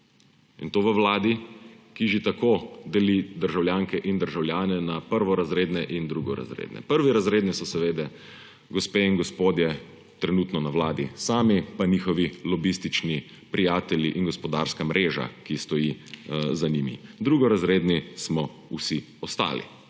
In to v vladi, ki že tako deli državljanke in državljane na prvorazredne in drugorazredne. Prvorazredni so seveda gospe in gospodje trenutno na vladi sami pa njihovi lobistični prijatelji in gospodarska mreža, ki stoji za njimi, drugorazredni smo vsi ostali.